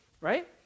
Right